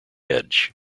edge